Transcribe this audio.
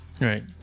Right